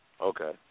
Okay